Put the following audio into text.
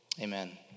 Amen